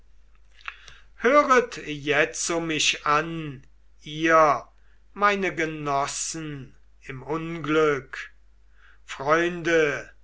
höret jetzo mich an ihr meine genossen im unglück freunde